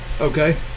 Okay